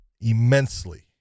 immensely